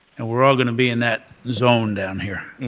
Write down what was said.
and we are all going to be in that zone down here.